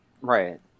Right